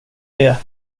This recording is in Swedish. det